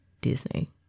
Disney